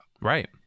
Right